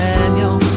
Daniel